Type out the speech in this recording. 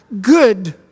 good